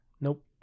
Nope